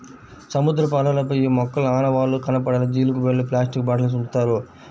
సముద్రపు అలలపై ఈ మొక్కల ఆనవాళ్లు కనపడేలా జీలుగు బెండ్లు, ప్లాస్టిక్ బాటిల్స్ ఉంచుతారు